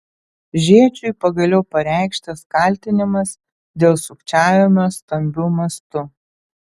žėčiui pagaliau pareikštas kaltinimas dėl sukčiavimo stambiu mastu